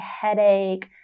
headache